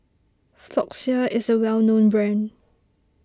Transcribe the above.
Floxia is a well known brand